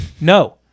No